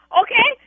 okay